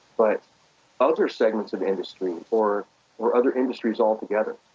but other segments of industry, or or other industries altogether